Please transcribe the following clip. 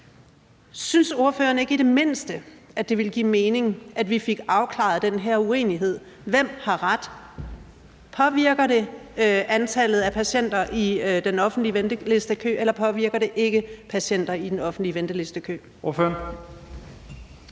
Synes ordføreren ikke i det mindste, at det ville give mening, at vi fik afklaret den her urimelighed? Påvirker det antallet af patienter i den offentlige ventelistekø, eller påvirker det ikke patienter i den offentlige ventelistekø?